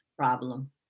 problem